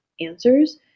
answers